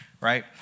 right